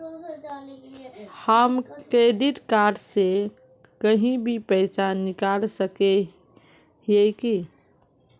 हम credit card से कहीं भी पैसा निकल सके हिये की?